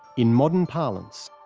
in modern parlance,